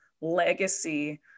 legacy